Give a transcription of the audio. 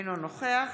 אינו נוכח